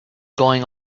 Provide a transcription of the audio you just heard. going